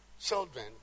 children